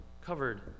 Covered